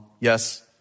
yes